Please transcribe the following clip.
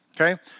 Okay